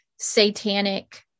satanic